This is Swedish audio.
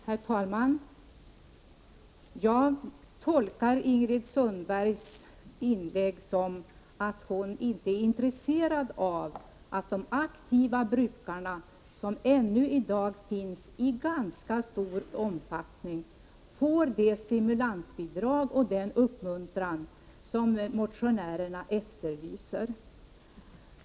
Herr talman! Jag tolkar Ingrid Sundbergs inlägg som att hon inte är intresserad av att de aktiva brukare som ännu i dag finns i ganska stor omfattning får det stimulansbidrag och den uppmuntran som motionärerna efterlyser.